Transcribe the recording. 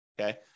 okay